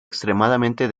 extremadamente